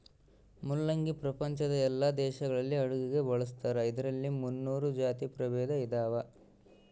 ಮುಲ್ಲಂಗಿ ಪ್ರಪಂಚದ ಎಲ್ಲಾ ದೇಶಗಳಲ್ಲಿ ಅಡುಗೆಗೆ ಬಳಸ್ತಾರ ಇದರಲ್ಲಿ ಮುನ್ನೂರು ಜಾತಿ ಪ್ರಭೇದ ಇದಾವ